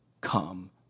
come